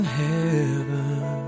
heaven